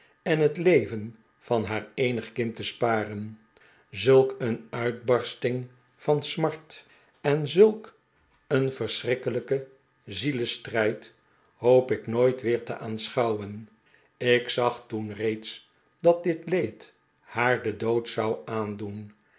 en het leven van haar eenig kind te sparen zulk een uitbarsting van smart en zulk een verschrikkelijken zielestrijd hoop ik nooit weer te aanschouwen ik zag toen reeds dat dit leed haar den dood zou aandoen